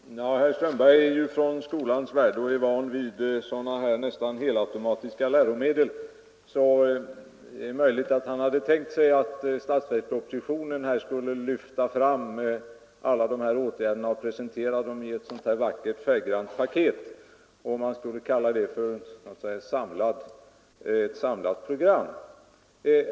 Herr talman! Herr Strömberg i Botkyrka tillhör ju skolans värld och är van vid en nästan helautomatisk produktion av läromedel. Det är möjligt att han hade tänkt sig att statsverkspropositionen skulle lyfta fram alla åtgärder på området, presenterade i ett vackert och färggrant paket, som skulle kallas ett samlat program.